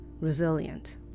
resilient